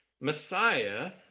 Messiah